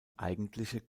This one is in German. eigentliche